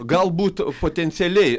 galbūt potencialiai